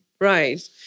right